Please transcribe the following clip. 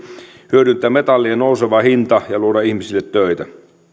hyödyntää metallien nouseva hinta ja luoda ihmisille töitä